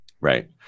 Right